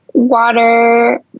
Water